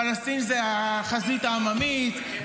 פלסטין זו החזית העממית?